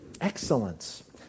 excellence